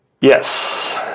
Yes